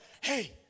hey